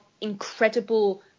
incredible